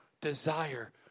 desire